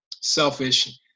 selfish